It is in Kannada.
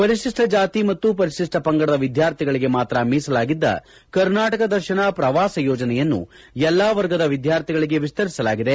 ಪರಿಶಿಷ್ಸ ಜಾತಿ ಮತ್ತು ಪರಿಶಿಷ್ಸ ಪಂಗಡದ ವಿದ್ವಾರ್ಥಿಗಳಿಗೆ ಮಾತ್ರ ಮೀಸಲಾಗಿದ್ದ ಕರ್ನಾಟಕ ದರ್ಶನ ಪ್ರವಾಸ ಯೋಜನೆಯನ್ನು ಎಲ್ಲಾ ವರ್ಗದ ವಿದ್ಯಾರ್ಥಿಗಳಿಗೆ ವಿಸ್ತರಿಸಲಾಗಿದೆ